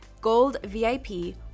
GOLDVIP